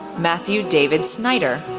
matthew david snyder,